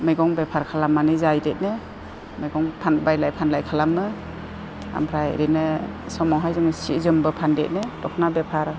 मैगं बेफार खालामनानै जायो ओरैनो मैगं बायलाय फानलाय खालामो ओमफ्राय ओरैनो समावहाय जोङो सि जोमबो फानदेरो दखना बेफार